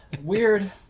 weird